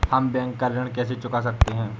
हम बैंक का ऋण कैसे चुका सकते हैं?